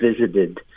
visited